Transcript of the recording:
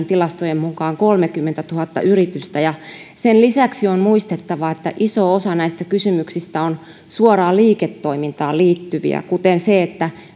tilastojen mukaan kolmekymmentätuhatta yritystä sen lisäksi on muistettava että iso osa näistä kysymyksistä on suoraan liiketoimintaan liittyviä kuten se